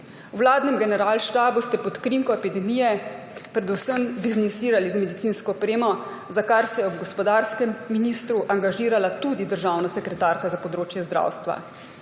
V vladnem generalštabu ste pod krinko epidemije predvsem biznisirali z medicinsko opremo, za kar se je ob gospodarskem ministru angažirala tudi državna sekretarka za področje zdravstva.